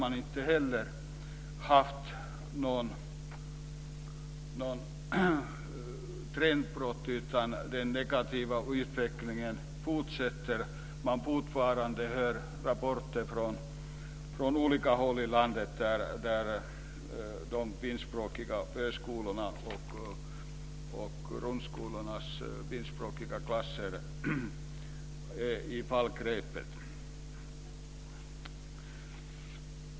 Man har inte heller där haft något trendbrott, utan den negativa utvecklingen fortsätter. Man får fortfarande rapporter från olika håll i landet om att de finskspråkiga förskolorna och grundskolornas finskspråkiga klasser är på fallrepet.